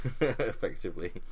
effectively